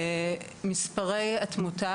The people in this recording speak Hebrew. לקום ולעשות מעשה אמיץ,